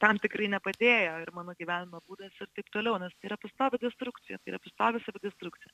tam tikrai nepadėjo ir mano gyvenimo būdas ir taip toliau nes tai yra pastovi destrukcija tai yra pastovi savidestrukcija